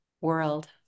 world